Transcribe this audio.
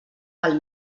val